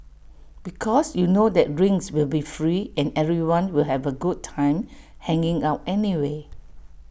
because you know that drinks will be free and everyone will have A good time hanging out anyway